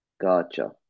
gotcha